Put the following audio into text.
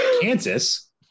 Kansas